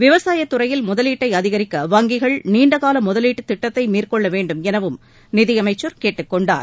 விவசாயத் துறையில் முதலீட்டை அதிகரிக்க வங்கிகள் நீண்ட கால முதலீட்டுத் திட்டத்தை மேற்கொள்ள வேண்டும் எனவும் நிதியமைச்சர் கேட்டுக்கொண்டார்